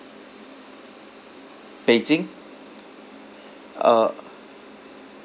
beijing uh